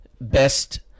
best